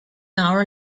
hour